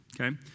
okay